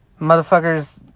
motherfuckers